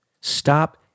Stop